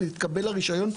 נתקבל הרישיון,